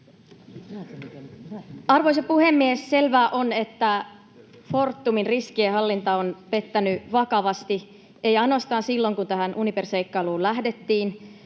Arvoisa puhemies! Selvää on, että Fortumin riskienhallinta on pettänyt vakavasti, ei ainoastaan silloin, kun tähän Uniper-seikkailuun lähdettiin,